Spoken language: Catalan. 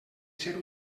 ser